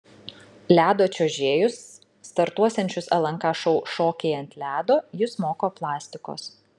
ledo čiuožėjus startuosiančius lnk šou šokiai ant ledo jis moko plastikos